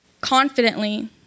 confidently